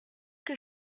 que